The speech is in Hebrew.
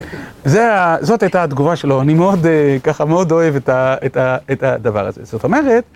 זאת הייתה התגובה שלו, אני ככה מאוד אוהב את הדבר הזה, זאת אומרת.